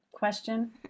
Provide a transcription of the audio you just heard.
question